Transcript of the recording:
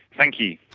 thank you.